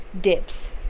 dips